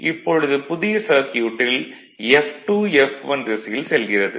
இப்பொழுது புதிய சர்க்யூட்டில் F2 F1 திசையில் செல்கிறது